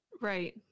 right